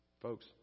Folks